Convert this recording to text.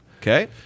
Okay